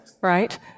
right